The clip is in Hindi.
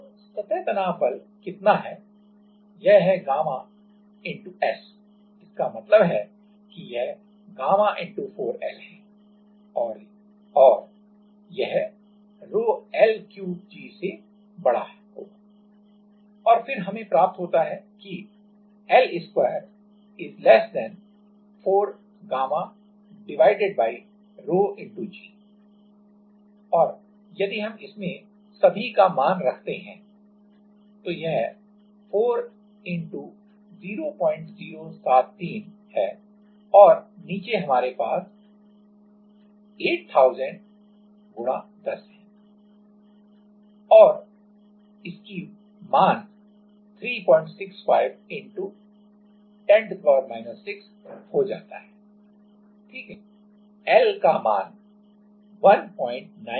तो सतह तनाव बल कितना है यह γ×S है इसका मतलब है यह γ×4 L है और यह ρ L3 g से बड़ा होगा और फिर हमे प्राप्त होता है कि L2 4γ ρ×g है और यदि हम इसमें सभी का मान रखते हैं तो यह 4×0073 है और नीचे हमारे पास 8000×10 है और यह 365×हो जाता है ठीक है